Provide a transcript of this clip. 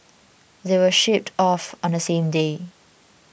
they were shipped off on the same day